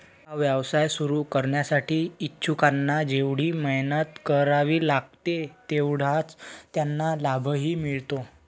हा व्यवसाय सुरू करण्यासाठी इच्छुकांना जेवढी मेहनत करावी लागते तेवढाच त्यांना लाभही मिळतो